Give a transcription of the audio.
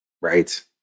Right